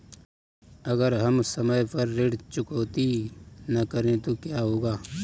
अगर हम समय पर ऋण चुकौती न करें तो क्या होगा?